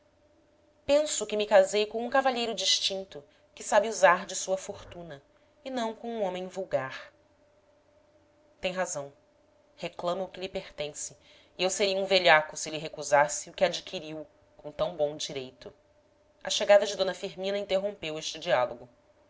penso que me casei com um cavalheiro distinto que sabe usar de sua fortuna e não com um homem vulgar tem razão reclama o que lhe pertence e eu seria um velhaco se lhe recusasse o que adquiriu com tão bom direito a chegada de d firmina interrompeu este diálogo